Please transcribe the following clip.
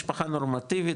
משפחה נורמטיבית,